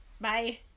bye